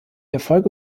erfolge